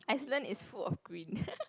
Iceland is full of green